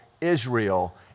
Israel